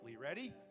ready